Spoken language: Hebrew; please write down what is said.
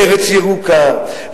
לארץ ירוקה,